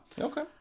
Okay